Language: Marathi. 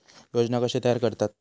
योजना कशे तयार करतात?